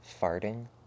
Farting